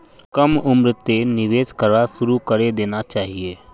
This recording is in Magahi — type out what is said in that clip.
कम उम्रतें निवेश करवा शुरू करे देना चहिए